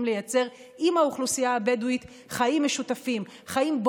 לייצר חיים משותפים עם האוכלוסייה הבדואית,